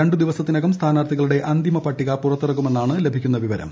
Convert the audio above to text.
രണ്ട് ദിവസത്തിനകം സ്ഥാനാർത്ഥികളുടെ അന്തിമ പട്ടിക പുറത്തിറക്കുമെന്നാണ് ലഭിക്കുന്ന വിവരം